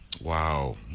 Wow